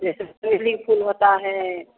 जैसे बेली फूल होता है